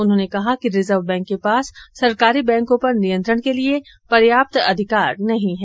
उन्होंने कहा कि रिजर्व बैंक के पास सरकारी बैंकों पर नियंत्रण के लिए पर्याप्त अधिकार नहीं है